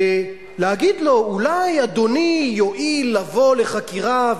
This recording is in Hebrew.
ולהגיד לו "אולי אדוני יואיל לבוא לחקירה",